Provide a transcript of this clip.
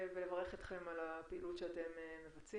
מכניסים לו עוד כמה גנים והוא לא נמצא